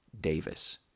davis